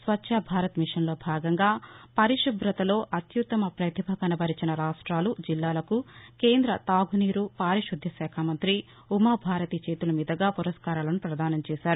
స్వఛభేారత్ మిషన్లో భాగంగా పరిశుభతలో అత్యుత్తమ పతిభ కనబర్చిన రాష్ట్రాలు జిల్లాలకు కేంద్ర తాగునీరు పారిశుధ్య శాఖ మంగ్రి ఉమాభారతి చేతుల మీదుగాపురస్కారాలను ప్రదానం చేశారు